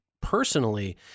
personally